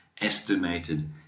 estimated